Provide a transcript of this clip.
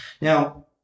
Now